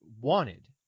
wanted